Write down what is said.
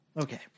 Okay